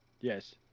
Yes